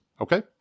okay